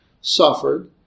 suffered